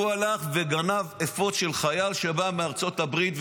הוא הלך וגנב אפוד של חייל שבא מארצות הברית,